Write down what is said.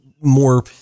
more